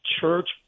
church